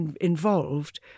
involved